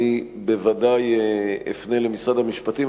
אני בוודאי אפנה למשרד המשפטים.